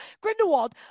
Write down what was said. Grindelwald